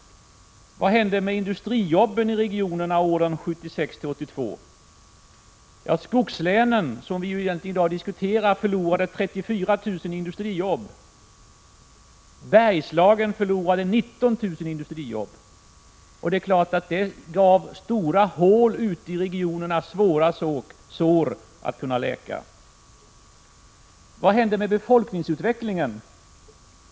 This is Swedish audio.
Vad hände med industrijobben i regionerna åren 1976-1982? Skogslänen, som vi i dag diskuterar, förlorade 34 000 industrijobb. Bergslagen förlorade 19 000 industrijobb. Det är klart att detta gav stora hål ute i regionerna, svåra sår att läka. Vad hände med befolkningsutvecklingen?